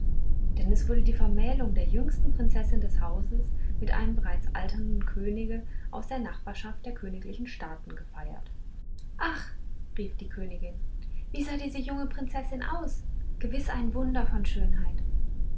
denn es wurde die vermählung der jüngsten prinzessin des hauses mit einem bereits alternden könige aus der nachbarschaft der königlichen staaten gefeiert ach rief die königin wie sah diese junge prinzessin aus gewiß ein wunder von schönheit